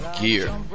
gear